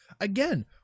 again